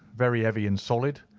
very heavy and solid.